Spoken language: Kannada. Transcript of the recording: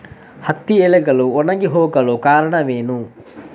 ಹತ್ತಿ ಎಲೆಗಳು ಒಣಗಿ ಹೋಗಲು ಕಾರಣವೇನು?